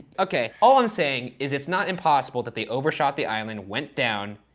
okay, all i'm saying is it's not impossible that they overshot the island, went down,